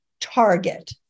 target